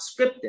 scripted